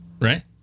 Right